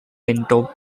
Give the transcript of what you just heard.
pinto